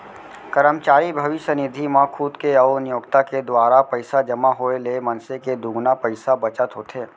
करमचारी भविस्य निधि म खुद के अउ नियोक्ता के दुवारा पइसा जमा होए ले मनसे के दुगुना पइसा बचत होथे